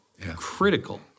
critical